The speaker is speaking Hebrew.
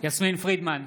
יסמין פרידמן,